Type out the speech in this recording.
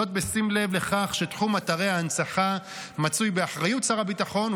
בשים לב לכך שתחום ההנצחה מצוי באחריות שר הביטחון,